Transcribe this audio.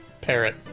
parrot